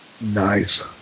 Nice